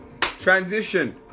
transition